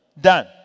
done